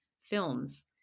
films